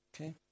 Okay